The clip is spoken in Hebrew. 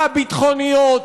הביטחוניות.